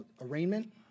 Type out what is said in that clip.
arraignment